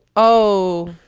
oh,